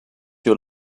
you